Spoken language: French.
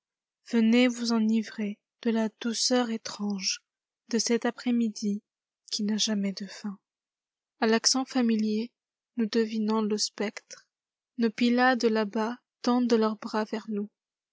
venez vous enivrer de la douceur étrangede cette aprcr midi qui n'a jamais de fin a l'accent familier nous devinons le spectre nos pylades là-bas tendent leurs bras vers nous